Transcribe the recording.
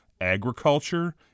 agriculture